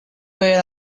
wear